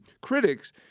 critics